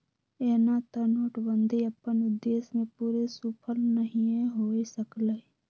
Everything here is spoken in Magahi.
एना तऽ नोटबन्दि अप्पन उद्देश्य में पूरे सूफल नहीए हो सकलै